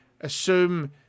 assume